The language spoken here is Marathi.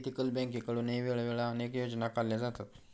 एथिकल बँकेकडूनही वेळोवेळी अनेक योजना काढल्या जातात